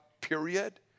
period